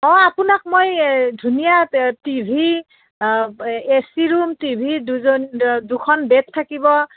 অঁ আপোনাক মই ধুনীয়া টিভি এচি ৰুম টিভি দুজন দুখন বেড থাকিব